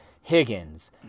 Higgins